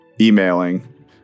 emailing